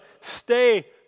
stay